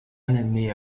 naît